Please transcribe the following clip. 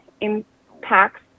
impacts